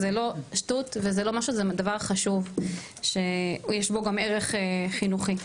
זו לא שטות, זה דבר חשוב שיש בו גם ערך חינוכי.